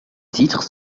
titres